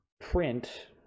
print